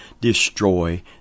destroy